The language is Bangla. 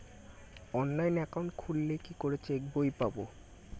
অনলাইন একাউন্ট খুললে কি করে চেক বই পাব?